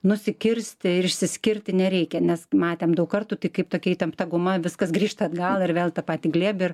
nusikirsti ir išsiskirti nereikia nes matėm daug kartų tik kaip tokia įtempta guma viskas grįžta atgal ir vėl tą patį glėbį